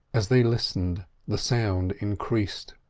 as they listened the sound increased,